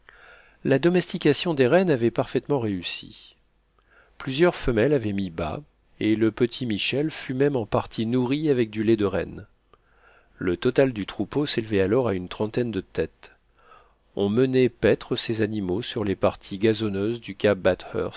la domestication des rennes avait parfaitement réussi plusieurs femelles avaient mis bas et le petit michel fut même en partie nourri avec du lait de renne le total du troupeau s'élevait alors à une trentaine de têtes on menait paître ces animaux sur les parties gazonneuses du cap